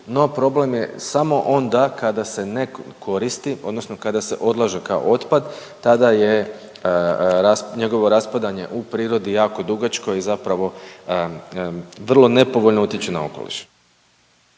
no problem je samo onda kada se ne koristi odnosno kada se odlaže kao otpad tada je njegovo raspadanje u prirodi jako dugačko i zapravo vrlo nepovoljno utječe na okoliš.